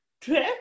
trip